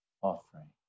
offering